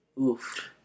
Oof